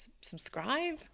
subscribe